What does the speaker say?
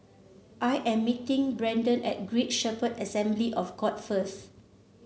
I am meeting Brendon at Great Shepherd Assembly of God first